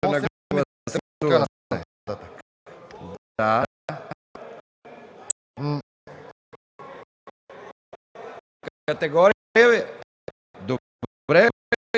Добре,